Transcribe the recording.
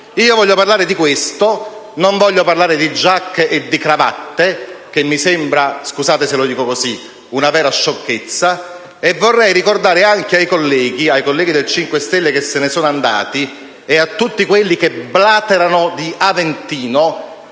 Io voglio parlare di questo, non voglio parlare di giacche e cravatte, che mi sembra - scusate se lo dico così - una vera sciocchezza. Vorrei ricordare anche ai colleghi, a quelli del Movimento 5 Stelle che se ne sono andati dall'Aula e a tutti coloro che blaterano di Aventino,